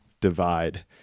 divide